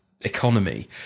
economy